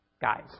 guys